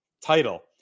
title